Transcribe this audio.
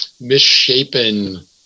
misshapen